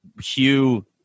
Hugh